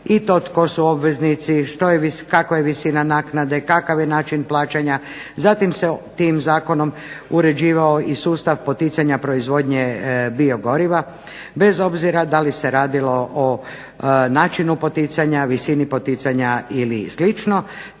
i to tko su obveznici, kakva je visina naknade, kakav je način plaćanja, zatim se tim zakonom uređivao i sustav poticanja proizvodnje biogoriva bez obzira da li se radilo o način u poticanja, visini poticanja ili